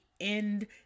end